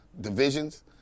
divisions